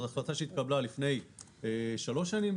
זאת החלטה שהתקבלה לפני שלוש שנים.